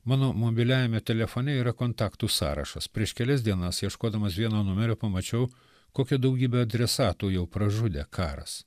mano mobiliajame telefone yra kontaktų sąrašas prieš kelias dienas ieškodamas vieno numerio pamačiau kokią daugybę adresatų jau pražudė karas